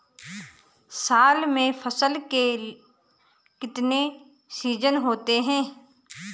साल में फसल के कितने सीजन होते हैं?